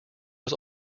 was